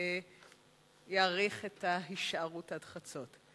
יעריך את ההישארות עד חצות.